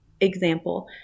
example